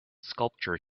sculpture